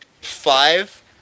five